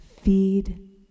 Feed